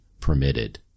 permitted